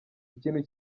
ikintu